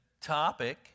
topic